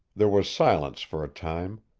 there was silence for a time.